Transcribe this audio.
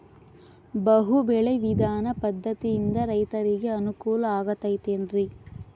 ಬಹು ಬೆಳೆ ವಿಧಾನ ಪದ್ಧತಿಯಿಂದ ರೈತರಿಗೆ ಅನುಕೂಲ ಆಗತೈತೇನ್ರಿ?